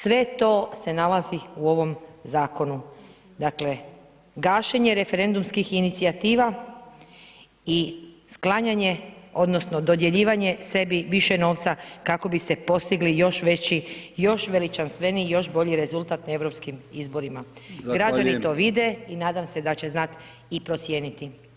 Sve to se nalazi u ovom zakonu, dakle, gašenje referendumskih inicijativa i sklanjanje odnosno dodjeljivanje sebi više novca kako biste postigli još veći, još veličanstveniji, još bolji rezultat na europskim izborima [[Upadica: Zahvaljujem]] građani to vide i nadam se da će znat i procijeniti.